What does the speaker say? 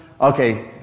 Okay